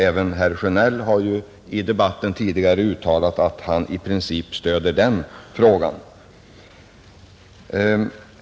Även herr Sjönell har i debatten tidigare uttalat att han stöder denna princip.